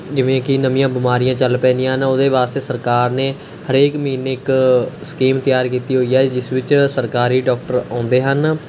ਜਿਵੇਂ ਕਿ ਨਵੀਆਂ ਬਿਮਾਰੀਆਂ ਚੱਲ ਪੈਂਦੀਆਂ ਹਨ ਉਹਦੇ ਵਾਸਤੇ ਸਰਕਾਰ ਨੇ ਹਰੇਕ ਮਹੀਨੇ ਇੱਕ ਸਕੀਮ ਤਿਆਰ ਕੀਤੀ ਹੋਈ ਹੈ ਜਿਸ ਵਿੱਚ ਸਰਕਾਰੀ ਡੌਕਟਰ ਆਉਂਦੇ ਹਨ